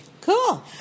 Cool